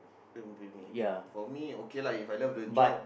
they don't pay me okay lah If I love the job